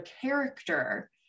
character